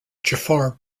jafar